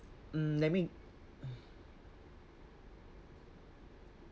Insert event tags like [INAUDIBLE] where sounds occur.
mm lemme [NOISE]